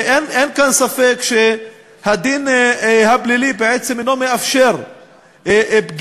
ואין כאן ספק שהדין הפלילי בעצם אינו מאפשר פגיעה